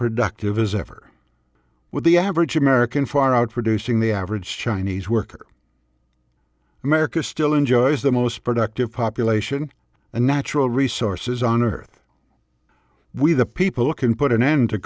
productive as ever with the average american far out producing the average chinese worker america still enjoys the most productive population and natural resources on earth we the people can put an end to